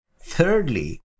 Thirdly